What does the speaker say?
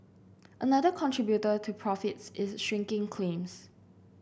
another contributor to profits is shrinking claims